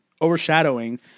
overshadowing